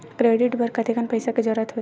Credit बर कतेकन पईसा के जरूरत होथे?